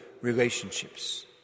relationships